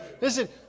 listen